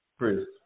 Bruce